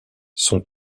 son